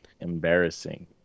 embarrassing